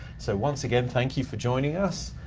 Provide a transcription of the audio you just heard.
so once again, thank you for joining us.